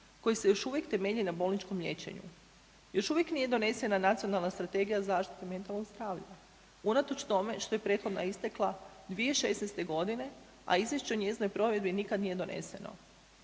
koje se još uvijek temelji na bolničkom liječenju. Još uvijek nije donesena Nacionalna strategija zaštite mentalnog zdravlja, unatoč tome što je prethodna istekla 2016. g., a izvješće o njezinoj provedbi nikad nije doneseno.